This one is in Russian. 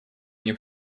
они